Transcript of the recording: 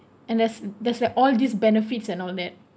and that's that's where all these benefits and all that